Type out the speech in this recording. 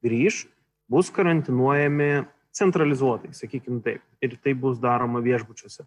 grįš bus karantinuojami centralizuotai sakykim taip ir tai bus daroma viešbučiuose